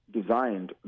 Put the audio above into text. Designed